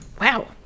Wow